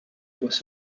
was